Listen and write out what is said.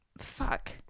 fuck